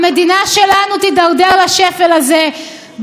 המדינה שלנו תידרדר לשפל הזה,